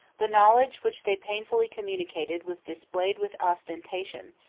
the knowledge which they painfully communicated was displayed with ostentation,